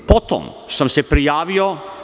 Potom sam se prijavio.